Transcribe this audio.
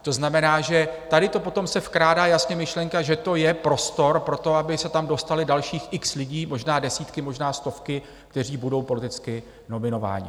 To znamená, že tady se potom vkrádá jasně myšlenka, že to je prostor pro to, aby se tam dostalo dalších x lidí, možná desítky, možná stovky, kteří budou politicky nominováni.